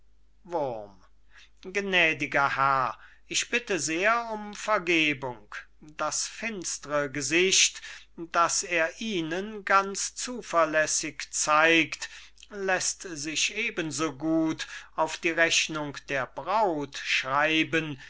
gnädiger herr ich bitte sehr um vergebung das finstre gesicht das er ihnen ganz zuverlässig zeigt läßt sich eben so gut auf die rechnung der braut schreiben